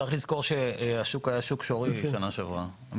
צריך לזכור שהשוק היה שוק שורי שנה שעברה,